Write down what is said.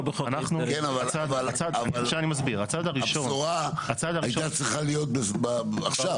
כן, אבל הבשורה הייתה צריכה להיות עכשיו.